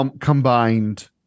combined